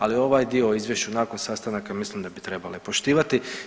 Ali ovaj dio o izvješću nakon sastanaka mislim da bi trebali poštivati.